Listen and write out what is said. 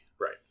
Right